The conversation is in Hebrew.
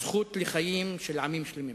הזכות לחיים של עמים שלמים.